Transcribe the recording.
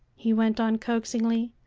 he went on coaxingly,